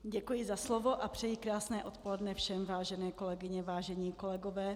Děkuji za slovo a přeji krásné odpoledne všem, vážené kolegyně, vážení kolegové.